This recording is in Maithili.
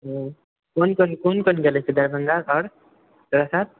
हँ कोन कोन कोन कोन गेले दरभंगा आओर सहरसा